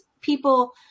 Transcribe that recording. people